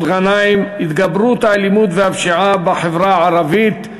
גנאים: התגברות האלימות והפשיעה בחברה הערבית.